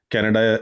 Canada